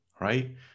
right